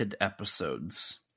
episodes